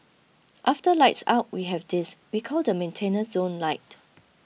after lights out we have this we call the maintenance zone light